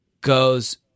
goes